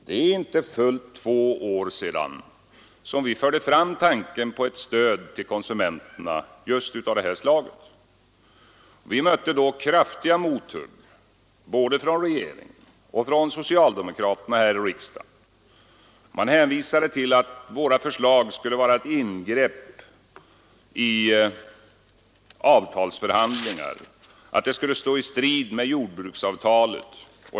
Det är inte fullt två år sedan som vi förde fram tanken på ett stöd till konsumenterna just av detta slag. Vi mötte då kraftiga mothugg både från regeringen och från socialdemokraterna här i riksdagen. Man hänvisade till att våra förslag skulle vara ett ingrepp i avtalsförhandlingarna och att de skulle stå i strid med jordbruksavtalet.